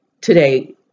today